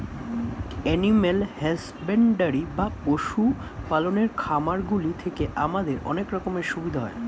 animal husbandry বা পশু পালনের খামারগুলি থেকে আমাদের অনেক রকমের সুবিধা হয়